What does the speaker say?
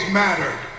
mattered